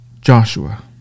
Joshua